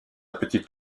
petite